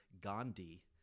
Gandhi